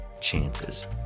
chances